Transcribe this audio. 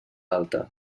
alta